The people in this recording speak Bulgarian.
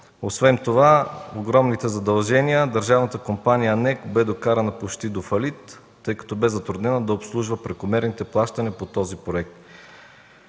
Освен това с огромните задължения държавната компания НЕК бе докарана почти до фалит, тъй като бе затруднена да обслужва прекомерните плащания по този проект.